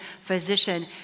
physician